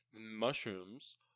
mushrooms